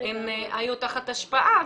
הם היו תחת השפעה,